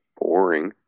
boring